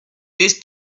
this